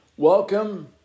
Welcome